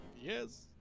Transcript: Yes